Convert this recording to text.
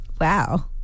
Wow